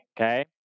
okay